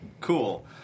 Cool